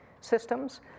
systems